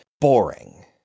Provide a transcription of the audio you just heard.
boring